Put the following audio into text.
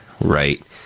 Right